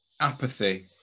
apathy